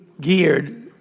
geared